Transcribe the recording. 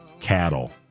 Cattle